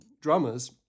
drummers